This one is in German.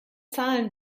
zahlen